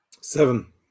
Seven